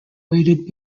waited